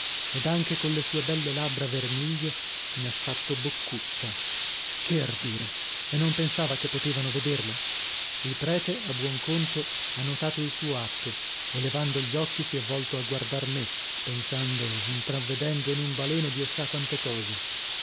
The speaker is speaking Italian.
ed anche colle sue belle labbra vermiglie mi ha fatto boccuccia che ardire e non pensava che potevano vederla il prete a buon conto ha notato il suo atto e levando gli occhi si è volto a guardar me pensando intravvedendo in un baleno dio sa quante cose